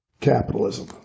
capitalism